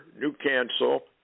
Newcastle